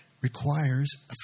requires